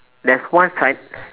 there's one side